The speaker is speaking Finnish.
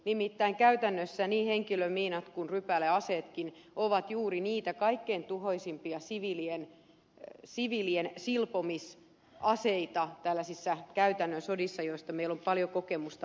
nimittäin käytännössä niin henkilömiinat kuin rypäleaseetkin ovat juuri niitä kaikkein tuhoisimpia siviilien silpomisaseita tällaisissa käytännön sodissa joista meillä on paljon kokemusta maailmalta